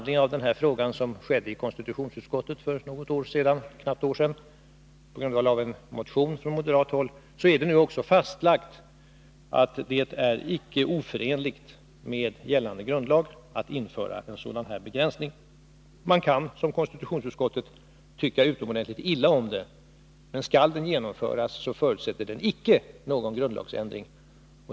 Genom konstitutionsutskottets uttalande med anledning av en moderat motion för knappt ett år sedan är det fastlagt att det inte är oförenligt med gällande grundlag att införa en sådan här begränsning. Man kan, som konstitutionsutskottet, tycka utomordentligt illa om den, men skall den genomföras förutsätter den inte någon grundlagsändring.